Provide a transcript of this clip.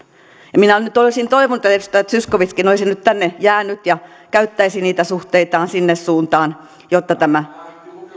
minä nyt olisin toivonut että edustaja zyskowiczkin olisi nyt tänne jäänyt ja käyttäisi niitä suhteitaan sinne suuntaan jotta tämä